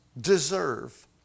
deserve